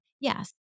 Yes